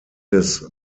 des